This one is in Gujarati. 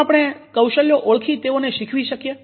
શું આપણે કૌશલ્યો ઓળખી તેઓને શીખવી શકીએ